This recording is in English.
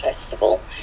Festival